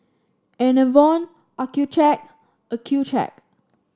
Enervon Accucheck Accucheck